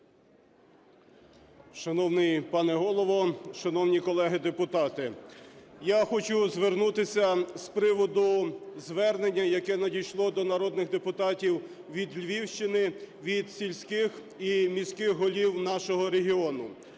Шановний пане Голово, шановні колеги-депутати, я хочу звернутися з приводу звернення, яке надійшло до народних депутатів від Львівщини, від сільських і міських голів нашого регіону.